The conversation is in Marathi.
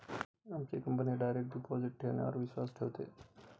आमची कंपनी डायरेक्ट डिपॉजिट ठेवण्यावर विश्वास ठेवते